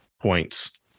points